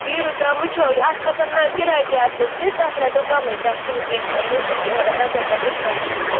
بیٖرو تام وُچھو یہِ اَتھ کھژیٚن نا کِراے چارجِز تہِ تَتھ رَٹو کَمٕے تَتھ چھُنہٕ کیٚنٛہہ پَتہٕ سُہ ٲں رَٹو پَتہٕ ڈِسکاونٛٹَس منٛز